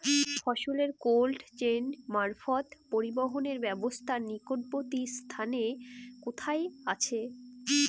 ফসলের cold chain মারফত পরিবহনের ব্যাবস্থা নিকটবর্তী স্থানে কোথায় আছে?